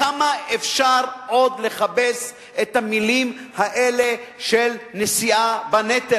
וכמה עוד אפשר לכבס את המלים האלה של נשיאה בנטל?